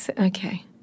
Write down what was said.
Okay